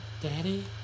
Daddy